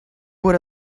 would